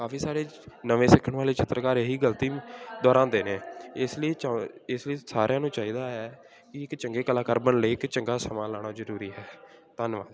ਕਾਫੀ ਸਾਰੇ ਨਵੇਂ ਸਿੱਖਣ ਵਾਲੇ ਚਿੱਤਰਕਾਰ ਇਹੀ ਗਲਤੀ ਦੁਹਰਾਉਂਦੇ ਨੇ ਇਸ ਲਈ ਚਾ ਇਸ ਲਈ ਸਾਰਿਆਂ ਨੂੰ ਚਾਹੀਦਾ ਹੈ ਕਿ ਇੱਕ ਚੰਗੇ ਕਲਾਕਾਰ ਬਣਨ ਲਈ ਇੱਕ ਚੰਗਾ ਸਮਾਂ ਲਾਉਣਾ ਜ਼ਰੂਰੀ ਹੈ ਧੰਨਵਾਦ